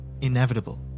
inevitable